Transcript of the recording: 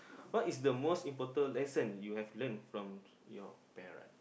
what is the most important lesson you have learn from your parents